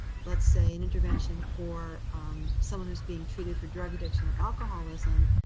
let's say, an intervention for someone who's being treated for drug addiction or alcoholism.